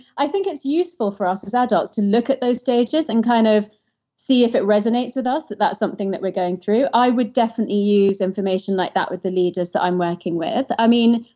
i think it's useful for us as ah adults to look at those stages and kind of see if it resonates with us, if that's something that we're going through. i would definitely use information like that with the leaders that i'm working with. i mean,